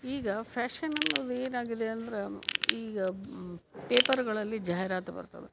ಈಗ ಫ್ಯಾಷನ್ ಅನ್ನೋದು ಏನಾಗಿದೆ ಅಂದ್ರೆ ಈಗ ಪೇಪರ್ಗಳಲ್ಲಿ ಜಾಹಿರಾತು ಬರ್ತದೆ